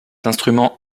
instrument